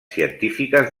científiques